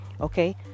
Okay